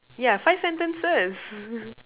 yeah five sentences